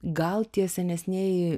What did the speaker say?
gal tie senesnieji